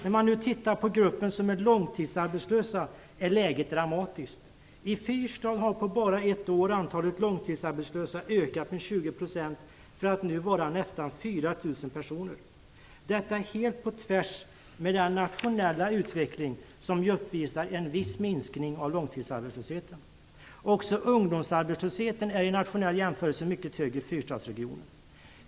När man nu tittar på gruppen långtidsarbetlösa är läget dramatiskt. I fyrstad har på bara ett år antalet långtidsarbetslösa ökat med 20 % för att nu vara närmare 4 000 personer. Detta går helt på tvärs med den nationella utveckling som ju uppvisar en viss minskning av långtidsarbetslösheten. Också ungdomsarbetslösheten är vid en nationell jämförelse mycket hög i fyrstadsregionen.